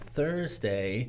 Thursday